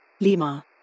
Lima